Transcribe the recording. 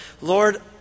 Lord